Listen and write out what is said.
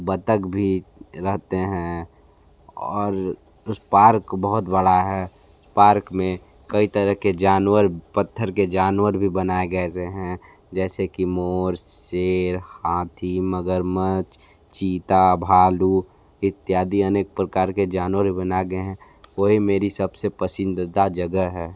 बतख भी रहते हैं और उस पार्क बहुत बड़ा है पार्क में कई तरह के जानवर पत्थर के जानवर भी बनाए गए हैं जैसे की मोर सेर हाथी मगरमच्छ चीता भालू इत्यादि अनेक प्रकार के जानवर भी बना गए हैं वोई मेरी सबसे पसंदीदा जगह है